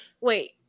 Wait